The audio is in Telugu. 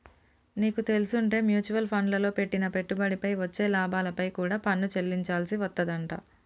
నీకు తెల్సుంటే మ్యూచవల్ ఫండ్లల్లో పెట్టిన పెట్టుబడిపై వచ్చే లాభాలపై కూడా పన్ను చెల్లించాల్సి వత్తదంట